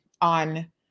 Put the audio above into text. on